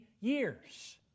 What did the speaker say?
years